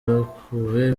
bakuwe